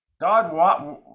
God